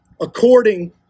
According